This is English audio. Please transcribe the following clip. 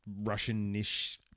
Russian-ish